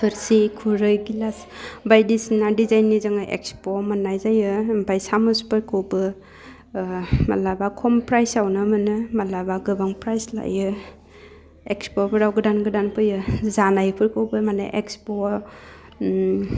थोरसि खुरै गिलास बायदिसिना डिजाइननि जोङो इक्सप'वाव मोननाय जायो आमफाय साम'सफोरखौबो मालाबा खम प्राइसआवनो मोनो मालाबो गोबां प्राइस लायो इक्सप'फोराव गोदान गोदान फैयो जानायफोरखौबो माने इक्सप'वाव